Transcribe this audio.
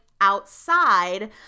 outside